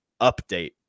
update